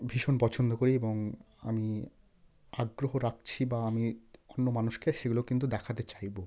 ভীষণ পছন্দ করি এবং আমি আগ্রহ রাখছি বা আমি অন্য মানুষকে সেগুলো কিন্তু দেখাতে চাইব